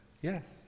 yes